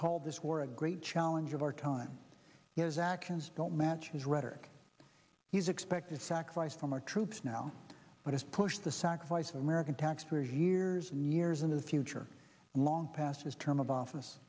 call this war a great challenge of our time his actions don't match his rhetoric he's expected to sacrifice from our troops now but has pushed the sacrifice of american taxpayers years and years into the future long past his term of office